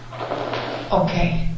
Okay